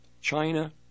China